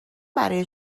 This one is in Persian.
برای